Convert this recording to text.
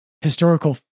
historical